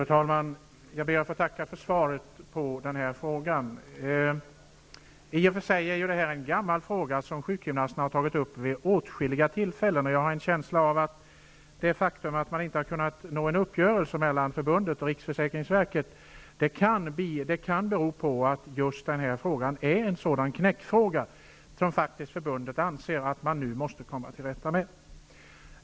Fru talman! Jag ber att få tacka för svaret på frågan. I och för sig är det här en gammal fråga som sjukgymnasterna har tagit upp vid åtskilliga tillfällen. Jag har en känsla av att det faktum att man inte har kunnat nå en uppgörelse mellan förbundet och riksförsäkringsverket kan bero på att just den här frågan är en knäckfråga, en fråga som förbundet nu faktiskt anser att man måste komma till rätta med.